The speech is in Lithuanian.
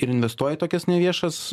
ir investuoja į tokias neviešas